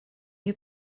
who